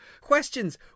Questions